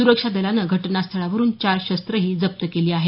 सुरक्षा दलानं घटनास्थळावरून चार शस्त्रही जप्त केली आहेत